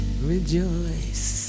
rejoice